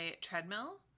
treadmill